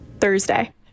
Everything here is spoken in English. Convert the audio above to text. Thursday